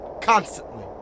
constantly